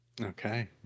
Okay